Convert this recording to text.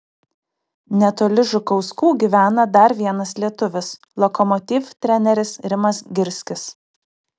netoli žukauskų gyvena dar vienas lietuvis lokomotiv treneris rimas girskis